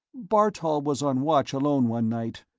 bartol was on watch alone one night,